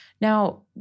Now